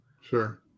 Sure